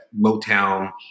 Motown